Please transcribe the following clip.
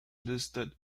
listed